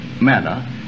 manner